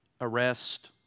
arrest